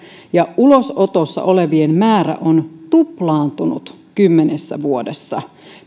ja ulosotossa olevien määrä on tuplaantunut kymmenessä vuodessa